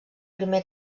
primer